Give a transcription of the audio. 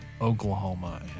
Oklahoma